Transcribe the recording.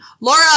Laura